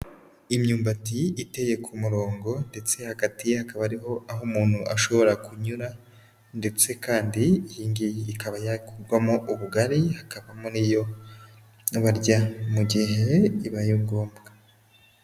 Imyumbati iteye ku murongo ndetse hagati hakaba hariho aho umuntu ashobora kunyura, ndetse kandi iyi ngiyi ikaba yakurwamo ubugari hakabamo n'iyo barya mu gihe bibaye ngombwa.